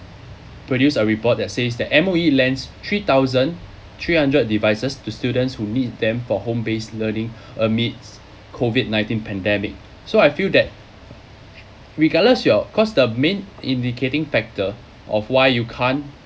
produce a report that says that M_O_E lends three thousand three hundred devices to students who need them for home based learning amid's COVID nineteen pandemic so I feel that regardless your cause the main indicating factor of why you can't